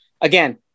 again